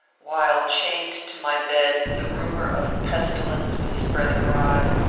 while chained to my bed, the rumour of pestilence was spread abroad.